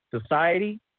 society